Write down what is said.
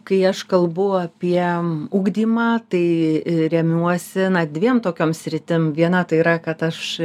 kai aš kalbu apie ugdymą tai remiuosi dviem tokiom sritim viena tai yra kad aš